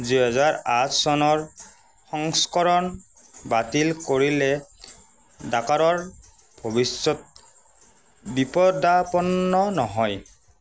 দুহেজাৰ আঠ চনৰ সংস্কৰণ বাতিল কৰিলে ডাকাৰৰ ভৱিষ্যত বিপদাপন্ন নহয়